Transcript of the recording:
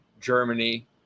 Germany